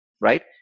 right